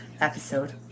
episode